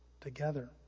together